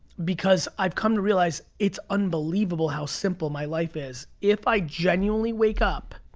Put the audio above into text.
because i've come to realize it's unbelievable how simple my life is. if i genuinely wake up